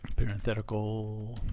parenthetical